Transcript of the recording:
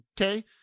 Okay